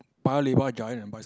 Paya-Lebar Giant and buy some